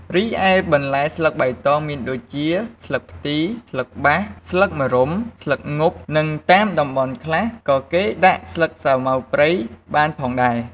រីឯបន្លែស្លឹកបៃតងមានដូចជា ស្លឹកផ្ទី ស្លឹកបាស ស្លឹកម្រុំ ស្លឹកងប់ និងតាមតំបន់ខ្លះក៏គេដាក់ស្លឹកសាម៉ាវព្រៃបានផងដែរ។